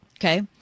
Okay